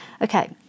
Okay